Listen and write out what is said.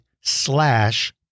slash